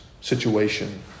situation